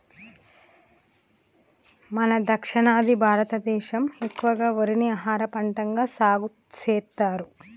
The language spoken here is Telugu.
మన దక్షిణాది భారతదేసం ఎక్కువగా వరిని ఆహారపంటగా సాగుసెత్తారు